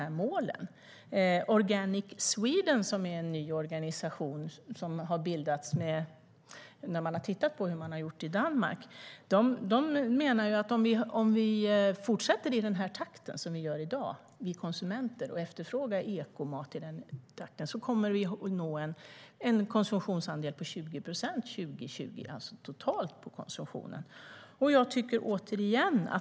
Den nya organisationen Organic Sweden, som har bildats efter att ha tittat på hur man har gjort i Danmark, menar att om konsumenterna fortsätter att efterfråga ekomat i samma takt som i dag kommer en total konsumtionsandel på 20 procent att nås till 2020.